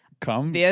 come